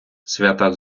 свята